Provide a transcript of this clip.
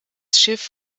schiff